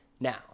now